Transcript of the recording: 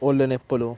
ఒళ్ళు నొప్పులు